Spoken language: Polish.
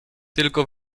tylko